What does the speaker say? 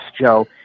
Joe